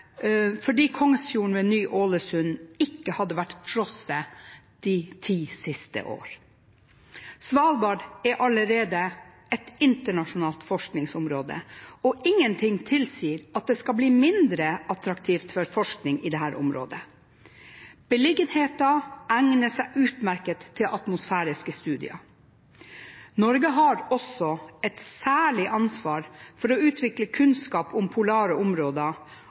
fordi Kongsfjorden ved Ny Ålesund ikke hadde vært frosset de ti siste årene. Svalbard er allerede et internasjonalt forskningsområde, og ingenting tilsier at det skal bli mindre attraktivt å forske i dette området. Beliggenheten egner seg utmerket til atmosfæriske studier. Norge har også et særlig ansvar for å utvikle kunnskap om polare områder,